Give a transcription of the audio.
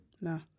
No